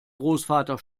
großvater